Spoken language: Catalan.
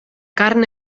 carn